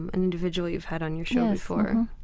and an individual you've had on your show before,